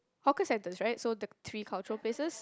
hawker centers right so the three cultural places